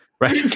Right